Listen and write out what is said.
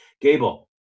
Gable